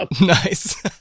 Nice